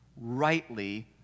rightly